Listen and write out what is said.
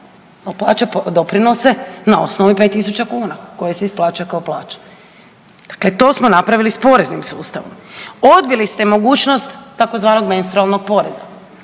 plaća doprinose na osnovi 5.000 kuna koje se isplaćuje kao plaća. Dakle, to smo napravili s poreznim sustavom. Odbili ste mogućnost tzv. menstrualnog poreza,